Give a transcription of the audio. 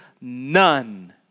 none